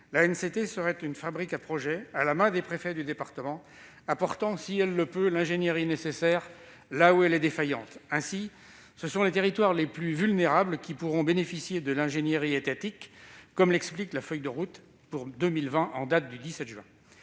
l'ANCT serait une fabrique à projets à la main des préfets du département, apportant si elle le peut l'ingénierie nécessaire là où elle est défaillante. Ainsi, ce sont les territoires les plus vulnérables qui pourront bénéficier de l'ingénierie étatique, comme il est expliqué dans la feuille de route pour 2020 en date du 17 juin